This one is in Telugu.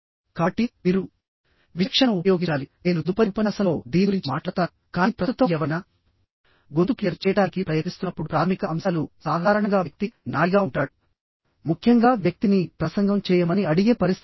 కాబట్టి మీరు విచక్షణను ఉపయోగించాలి నేను తదుపరి ఉపన్యాసంలో దీని గురించి మాట్లాడతాను కానీ ప్రస్తుతం ఎవరైనా గొంతు క్లియర్ చేయడానికి ప్రయత్నిస్తున్నప్పుడు ప్రాథమిక అంశాలు సాధారణంగా వ్యక్తి నాడీగా ఉంటాడు ముఖ్యంగా వ్యక్తిని ప్రసంగం చేయమని అడిగే పరిస్థితిలో